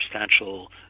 substantial